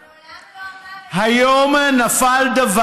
הוא מעולם לא אמר את זה, היום נפל דבר.